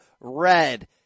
Red